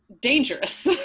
dangerous